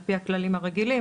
על פי הכללים הרגילים.